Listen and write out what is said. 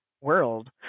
world